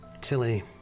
Tilly